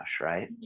right